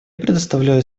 предоставляю